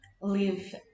live